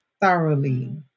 thoroughly